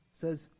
says